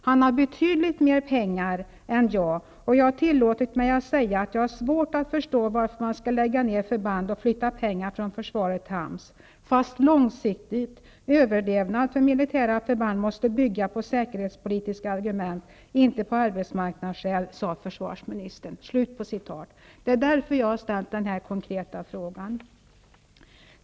Han har betydligt mer pengar än jag, och jag har tillåtit mig säga att jag har svårt att förstå varför man ska lägga ner förband och flytta pengar från försvaret till Ams... - Fast långsiktig överlevnad för militära förband måste bygga på säkerhetspolitiska argument, inte på arbetsmarknadsskäl, sa försvarsministern.'' Det är därför som jag har ställt den här konkreta frågan.